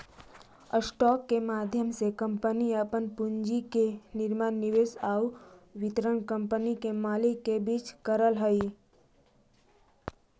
stock के माध्यम से कंपनी अपन पूंजी के निर्माण निवेश आउ वितरण कंपनी के मालिक के बीच करऽ हइ